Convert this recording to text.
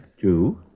Two